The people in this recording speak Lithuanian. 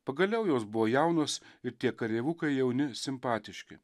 pagaliau jos buvo jaunos ir tie kareivukai jauni simpatiški